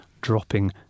dropping